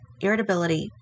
irritability